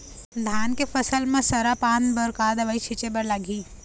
धान के फसल म सरा पान बर का दवई छीचे बर लागिही?